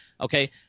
Okay